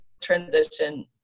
transition